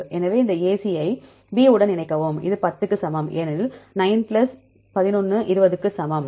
எனவே இந்த AC யை B உடன் இணைக்கவும் இது 10 க்கு சமம் ஏனெனில் 9 plus 11 20 க்கு சமம்